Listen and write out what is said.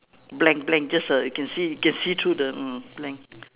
blank blank just a you can you can see through the mm blank